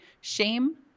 shame